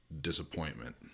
disappointment